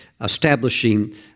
establishing